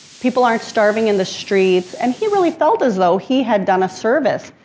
people aren't starving in the streets and he really felt as though he had done a service,